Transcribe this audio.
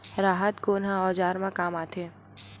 राहत कोन ह औजार मा काम आथे?